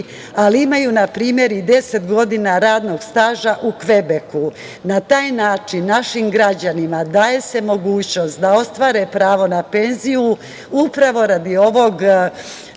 ali imaju na primer i 10 godina radnog staža u Kvebeku. Na taj način našim građanima daje se mogućnost da ostvare pravo na penziju upravo radi ovog